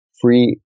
free